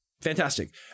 Fantastic